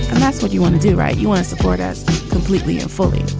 and that's what you want to do, right? you want to support us completely and fully.